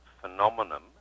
phenomenon